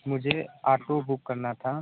मुझे auto book करना था